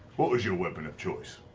what is your weapon of choice?